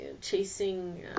chasing